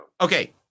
Okay